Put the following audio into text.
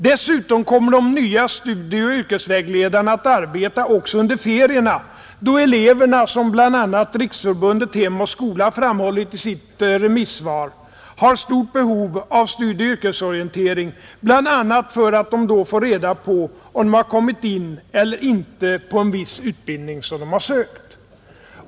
Dessutom kommer de nya studieoch yrkesvägledarna att arbeta också under ferierna, då eleverna, som bl.a. Riksförbundet Hem och skola framhållit i sitt remissvar, har stort behov av studieoch yrkesorientering, t.ex. för att de då får reda på om de har kommit in eller inte på en viss utbildning som de har sökt.